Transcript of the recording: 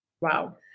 Wow